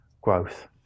growth